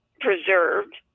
preserved